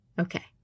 Okay